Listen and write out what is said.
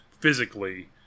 physically